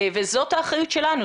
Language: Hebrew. זאת האחריות שלנו.